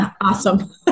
Awesome